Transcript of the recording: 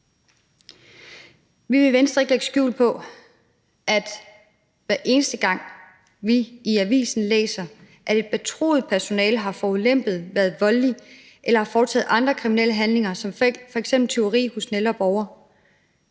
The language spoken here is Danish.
Vi vil i Venstre ikke lægge skjul på, at hver eneste gang vi i avisen læser, at et betroet personale har forulempet, været voldeligt eller foretaget andre kriminelle handlinger som f.eks. tyveri hos en ældre borger,